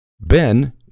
Ben